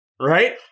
Right